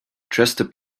trusted